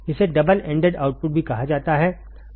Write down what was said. इसे double ended output भी कहा जाता है